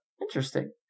interesting